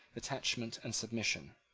attachment, and submission.